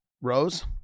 Rose